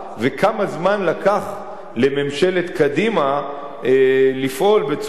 וכמה זמן לקח לממשלת קדימה לפעול בצורה